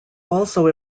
also